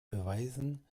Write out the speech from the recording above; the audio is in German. beweisen